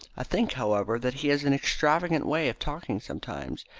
i think, however, that he has an extravagant way of talking sometimes,